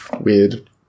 weird